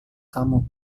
kamu